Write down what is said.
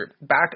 back